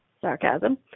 sarcasm